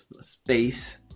space